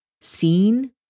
seen